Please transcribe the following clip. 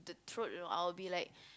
throat you know I'll be like